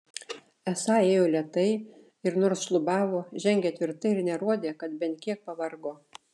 esą ėjo lėtai ir nors šlubavo žengė tvirtai ir nerodė kad bent kiek pavargo